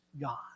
God